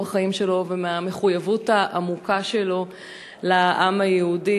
החיים שלו ומהמחויבות העמוקה שלו לעם היהודי,